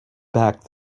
back